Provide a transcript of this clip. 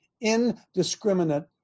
indiscriminate